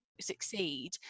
succeed